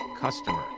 customer